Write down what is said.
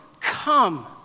come